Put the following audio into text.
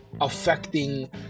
affecting